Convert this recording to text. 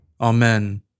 Amen